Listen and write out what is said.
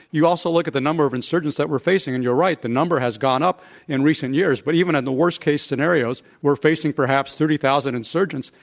you also look at the number of insurgents that we're facing and you're right. the number has gone up in recent years but even at the worst case scenarios, worst facing perhaps thirty thousand insurgents.